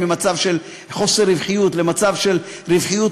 ממצב של חוסר רווחיות למצב של רווחיות,